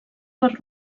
per